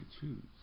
choose